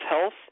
Health